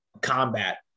combat